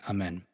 Amen